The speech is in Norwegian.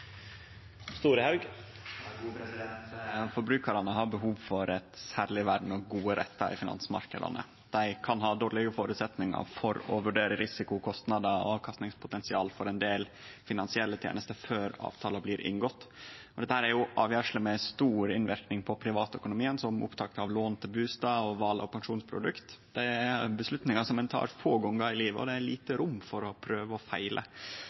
Forbrukarane har behov for eit særleg vern og gode rettar i finansmarknadene. Dei kan ha dårlege føresetnader for å vurdere risiko, kostnader og avkastingspotensial for ein del finansielle tenester før avtalar blir inngåtte. Dette er avgjersler med stor innverknad på privatøkonomien, som opptak av lån til bustad og val av pensjonsprodukt. Det er avgjersler ein tek få gongar i livet, og det er lite rom for å prøve og feile.